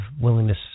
willingness